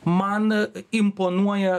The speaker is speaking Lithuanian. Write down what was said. man imponuoja